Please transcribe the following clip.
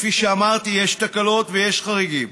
כפי שאמרתי, יש תקלות ויש חריגים.